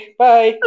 bye